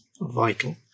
vital